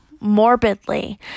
Morbidly